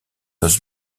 dans